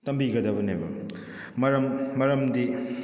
ꯇꯝꯕꯤꯒꯗꯕꯅꯦꯕ ꯃꯔꯝ ꯃꯔꯝꯗꯤ